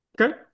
Okay